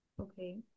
Okay